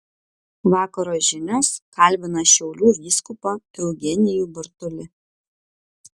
vakaro žinios kalbina šiaulių vyskupą eugenijų bartulį